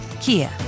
Kia